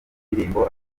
indirimbo